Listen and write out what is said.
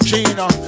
Gina